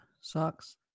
socks